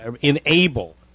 enable